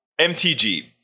MTG